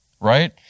right